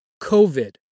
covid